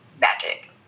magic